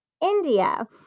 India